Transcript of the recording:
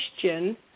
question